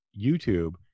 YouTube